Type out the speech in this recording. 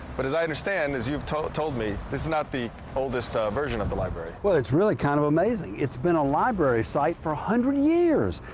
but as i understand, as you've told told me, this is not the oldest version of the library. well, it's really kind of amazing. it's been a library site for one hundred years.